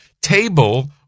Table